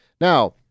Now